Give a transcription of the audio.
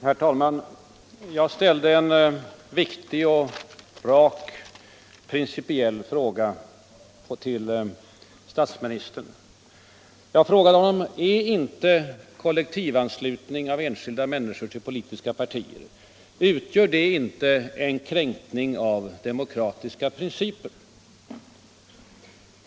Herr talman! Jag ställde en viktig och rak principiell fråga till statsministern: Utgör inte kollektivanslutning av enskilda människor till politiska partier en kränkning av de demokratiska principerna?